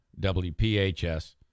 WPHS